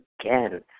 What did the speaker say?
again